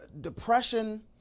depression